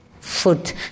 foot